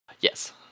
Yes